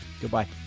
Goodbye